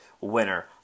winner